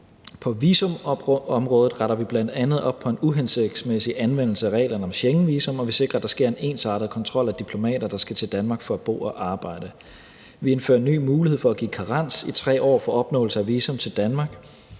På visumområdet retter vi bl.a. op på en uhensigtsmæssig anvendelse af reglerne om Schengenvisum, og vi sikrer, at der sker en ensartet kontrol af diplomater, der skal til Danmark for at bo og arbejde. Vi indfører en ny mulighed for at give karens i 3 år for opnåelse af visum til Danmark